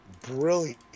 brilliant